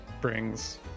brings